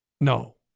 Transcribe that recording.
No